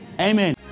Amen